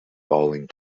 bowling